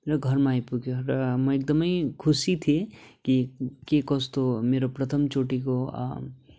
र घरमा आइपुग्यो र म एकदमै खुसी थिएँ कि के कस्तो मेरो प्रथम चोटिको